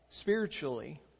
spiritually